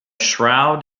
shroud